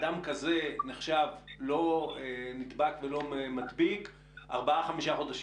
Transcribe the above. אדם כזה נחשב לא נדבק ולא מדביק ארבעה-חמישה חודשים?